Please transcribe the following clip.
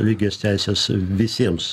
lygias teises visiems